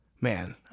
Man